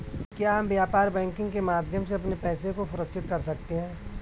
क्या हम व्यापार बैंकिंग के माध्यम से अपने पैसे को सुरक्षित कर सकते हैं?